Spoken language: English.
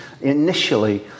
initially